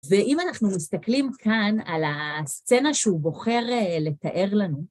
ואם אנחנו מסתכלים כאן על הסצנה שהוא בוחר לתאר לנו,